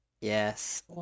Yes